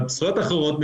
אבל זכויות אחרות,